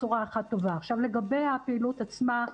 לגבי הפעילות עצמה.